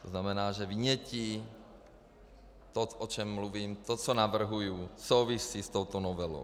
To znamená, že vynětí, to, o čem mluvím, to, co navrhuji, souvisí s touto novelou.